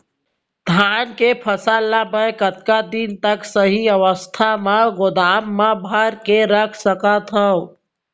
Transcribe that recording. धान के फसल ला मै कतका दिन तक सही अवस्था में गोदाम मा भर के रख सकत हव?